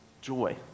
joy